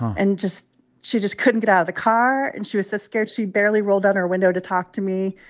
and just she just couldn't get out of the car. and she was so scared, she barely rolled down her window to talk to me.